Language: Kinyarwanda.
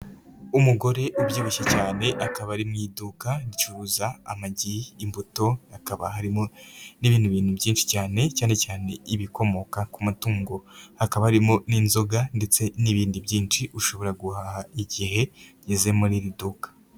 Umugore ubyibushye cyane, akaba ari mu iduka ricuruza amagi, imbuto, hakaba harimo n'ibindi bintu byinshi cyane, cyane cyane ibikomoka ku matungo, hakaba harimo n'inzoga ndetse n'ibindi byinshi ushobora guhaha igihe ugeze muri iri duka.